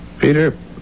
Peter